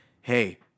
hey